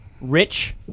Rich